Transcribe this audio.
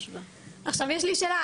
עכשיו יש לי שאלה,